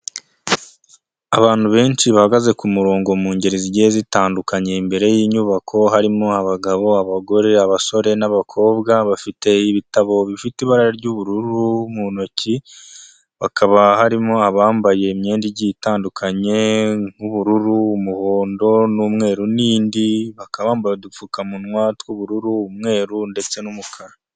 Abantu benshi bahagaze ku murongo mu ngeri zigiye zitandukanye, imbere y'inyubako harimo abagabo, abagore, abasore n'abakobwa bafite ibitabo bifite ibara ry'ubururu mu ntoki, bakaba harimo abambaye imyenda igiye itandukanye nk'ubururu, umuhondo n'umweru n'indi, baka bambaye udupfukamunwa tw'ubururu, umweru ndetse n'umukara.